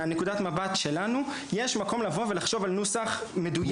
מנקודת המבט שלנו יש מקום לבוא ולחשוב על נוסח מדויק.